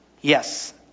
Yes